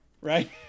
right